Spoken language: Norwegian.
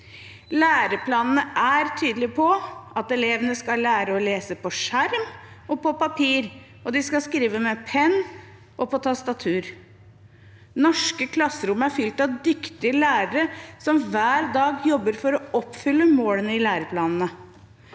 Læreplanene er tydelig på at elevene skal lære å lese på skjerm og på papir, og de skal skrive med penn og på tastatur. Norske klasserom er fylt av dyktige lærere som hver dag jobber for å oppfylle målene i læreplanene.